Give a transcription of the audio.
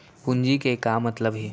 पूंजी के का मतलब हे?